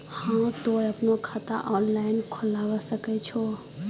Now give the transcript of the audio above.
हाँ तोय आपनो खाता ऑनलाइन खोलावे सकै छौ?